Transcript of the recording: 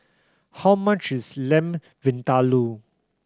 how much is Lamb Vindaloo